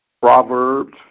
Proverbs